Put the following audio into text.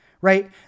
right